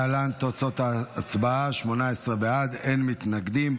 להלן תוצאות ההצבעה: 18 בעד, אין מתנגדים.